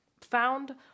found